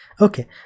Okay